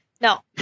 No